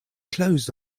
closed